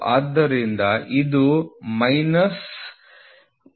ಆದ್ದರಿಂದ ಇದು ಮೈನಸ್ 0